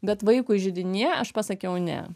bet vaikui židinyje aš pasakiau ne